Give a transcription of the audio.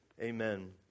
Amen